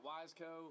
Wiseco